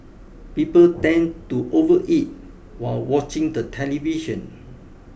people tend to overeat while watching the television